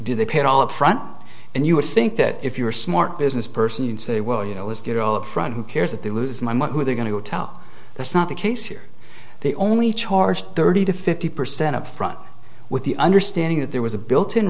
do they pay it all up front and you would think that if you were smart business person you'd say well you know let's get it all up front who cares if they lose my mom who they're going to tell that's not the case here they only charge thirty to fifty percent upfront with the understanding that there was a built in